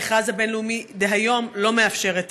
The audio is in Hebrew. המכרז הבין-לאומי דהיום לא מאפשר את